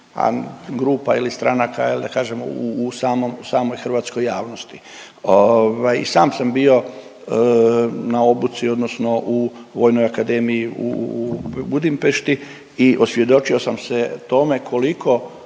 grupa ili stranaka ili da kažem u samoj hrvatskoj javnosti. I sam sam bio na obuci, odnosno u Vojnoj akademiji u Budimpešti i osvjedočio sam se tome koliko